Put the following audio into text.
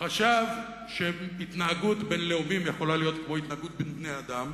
חשב שהתנהגות בין לאומים יכולה להיות כמו התנהגות בין בני-אדם.